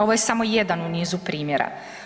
Ovo je samo jedan u nizu primjera.